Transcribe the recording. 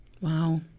Wow